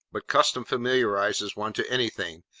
but custom familiarises one to anything,